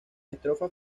estrofa